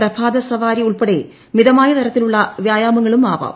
പ്രഭാത സവാരി ഉൾപ്പെടെ മിതമായ തരത്തിലുള്ള വ്യായാമങ്ങളും ആവാം